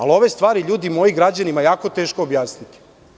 Ali ove stvari, ljudi moji, građanima je jako teško objasniti.